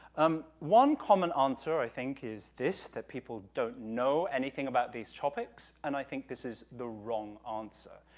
um one common answer, i think, is this, that people don't know anything about these topics, and i think this is the wrong answer.